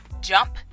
jump